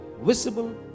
visible